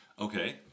Okay